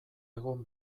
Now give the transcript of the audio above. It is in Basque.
egon